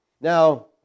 Now